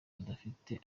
badafite